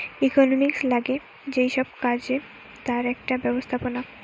economics লাগে যেই সব কাজে তার একটা ব্যবস্থাপনা